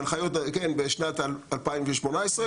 כן, ב-2018.